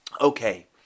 Okay